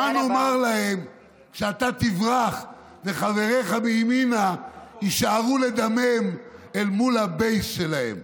מה נאמר להם כשאתה תברח וחבריך מימינה יישארו לדמם אל מול הבייס שלהם?